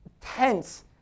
tense